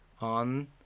on